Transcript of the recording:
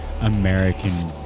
American